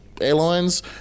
airlines